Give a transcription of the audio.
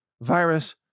virus